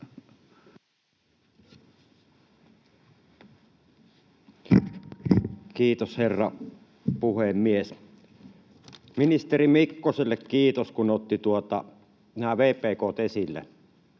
Kiitos, herra puhemies! Ministeri Mikkoselle kiitos, kun otti nämä vpk:t esille.